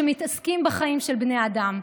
שמתעסקים בחיים של בני אדם,